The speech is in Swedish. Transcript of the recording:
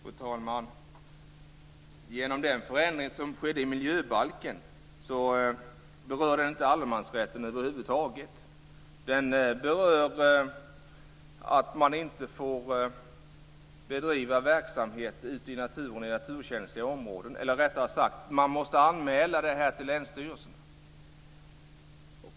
Fru talman! Den förändring som skedde i miljöbalken berörde inte allemansrätten över huvud taget. Den berör att man måste anmäla till länsstyrelsen om man bedriver verksamhet ute i naturen, i naturkänsliga områden.